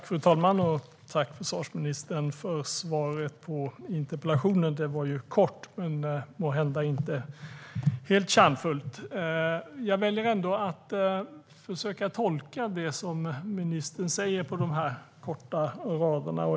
Fru talman! Tack, försvarsministern, för svaret på min interpellation. Det var kort, men måhända inte helt kärnfullt. Jag väljer ändå att försöka att tolka det som ministern säger på de korta raderna.